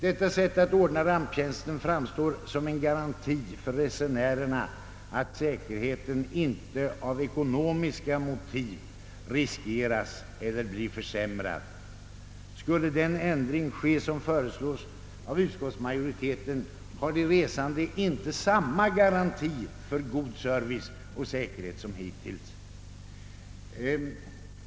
Detta sätt att ordna ramptjänsten framstår som en garanti för resenärerna att säkerheten inte av ekonomiska motiv riskeras eller blir försämrad. Skulle den ändring, som föreslås av utskottsmajoriteten, genomföras har de resande inte samma garanti för god service och säkerhet som hittills.